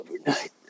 overnight